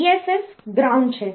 Vss ground છે